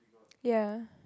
ya